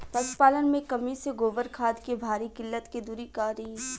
पशुपालन मे कमी से गोबर खाद के भारी किल्लत के दुरी करी?